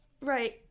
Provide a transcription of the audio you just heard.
right